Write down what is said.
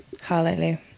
Hallelujah